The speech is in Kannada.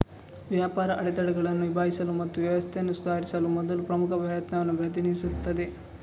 ವ್ಯಾಪಾರ ಅಡೆತಡೆಗಳನ್ನು ನಿಭಾಯಿಸಲು ಮತ್ತು ವ್ಯವಸ್ಥೆಯನ್ನು ಸುಧಾರಿಸಲು ಮೊದಲ ಪ್ರಮುಖ ಪ್ರಯತ್ನವನ್ನು ಪ್ರತಿನಿಧಿಸುತ್ತದೆ